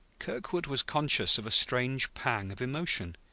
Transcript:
kirkwood was conscious of a strange pang of emotion.